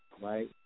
Right